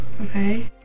okay